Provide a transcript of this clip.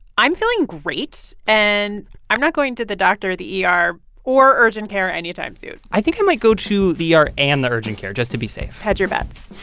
i'm feeling great, and i'm not going to the doctor, the er or urgent care anytime soon i think i might go to the er and the urgent care, just to be safe hedge your bets